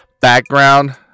background